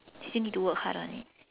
still need to work hard on it